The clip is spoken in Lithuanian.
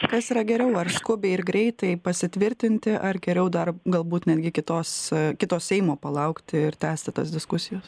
kas yra geriau ar skubiai ir greitai pasitvirtinti ar geriau dar galbūt netgi kitos kito seimo palaukti ir tęsti tas diskusijas